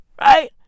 right